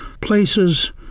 places